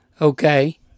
okay